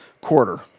quarter